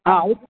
ஆ Awadh